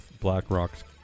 BlackRock's